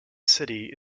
city